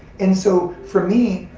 and, so for me,